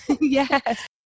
Yes